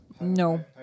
No